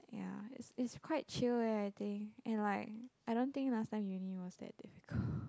ya it's it's quite chill eh I think and like I don't think last time uni was that difficult